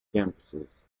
campuses